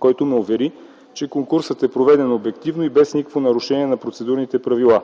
който ме увери, че конкурсът е проведен обективно и без никакво нарушение на процедурните правила.